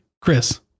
Chris